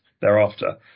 thereafter